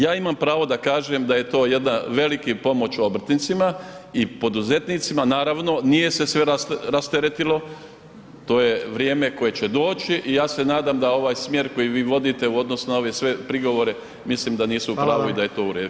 Ja imam pravo da kažem da je to jedan, veliki pomoć obrtnicima i poduzetnicima, naravno nije se sve rasteretilo to je vrijeme koje će doći i ja se nadam da ovaj smjer koji vi vodite u odnosu na ove sve prigovore mislim da nisu u pravi i da je to u redu.